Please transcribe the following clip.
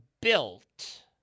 built